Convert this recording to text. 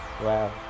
Wow